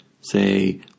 say